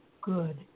good